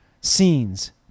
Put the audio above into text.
scenes